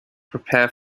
prepare